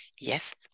Yes